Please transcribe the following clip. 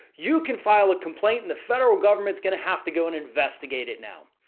you can file a complaint and the federal government is going to have to go and investigate it. now,